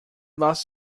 lost